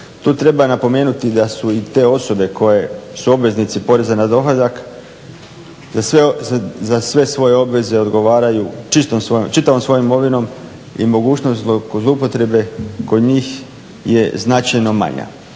Tu treba napomenuti da su i te osobe koje su obveznici poreza na dohodak za sve svoje obveze odgovaraju čitavom svojom imovinom i mogućnost zloupotrebe kod njih je značajno manja.